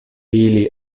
ili